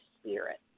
spirit